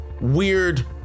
Weird